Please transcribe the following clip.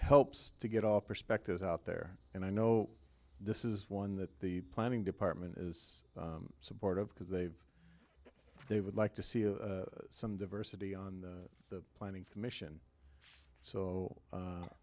helps to get all perspectives out there and i know this is one that the planning department is supportive because they they would like to see some diversity on the planning commission so